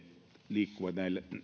liikkuvat